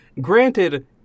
granted